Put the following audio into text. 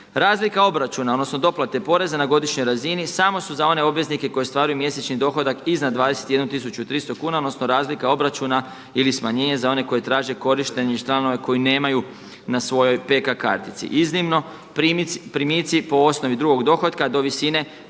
Razlika obračuna, odnosno doplate poreza na godišnjoj razini samo su za one obveznike koji ostvaruju mjesečni dohodak iznad 21300 kuna, odnosno razlika obračuna ili smanjenje za one koji traže korištenje članova koji nemaju na svojoj PK kartici. Iznimno primitci po osnovi drugog dohotka do visine